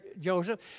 Joseph